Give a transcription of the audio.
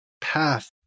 path